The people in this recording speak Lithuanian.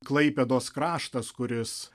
klaipėdos kraštas kuris